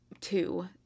two